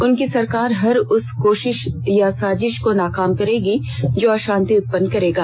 उनकी सरकार हर उस कोशिश या साजिश को नाकाम करेगी जो अशांति उत्पन्न करेगा